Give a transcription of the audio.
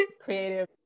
creative